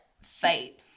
fight